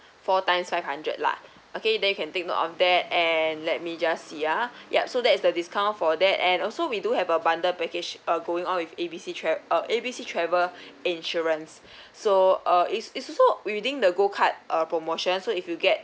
four times five hundred lah okay then you can take note of that and let me just see uh yup so that is the discount for that and also we do have a bundle package uh going on with A B C travel uh A B C travel insurance so uh it's it's also within the gold card uh promotion so if you get